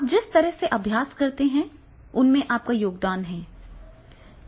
आप जिस तरह से अभ्यास करते हैं उसमें आपका योगदान है